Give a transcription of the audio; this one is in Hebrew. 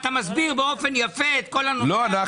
אתה מסביר באופן יפה את כל הנושא הזה והכול וזה לא בסדר.